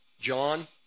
John